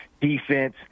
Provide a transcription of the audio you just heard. defense